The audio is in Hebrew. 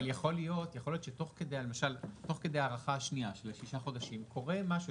אבל יכול להיות שתוך כדי ההארכה השנייה של השישה חודשים קורה משהו,